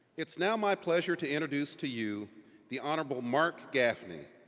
it's now my pleasure to introduce to you the honorable mark gaffney,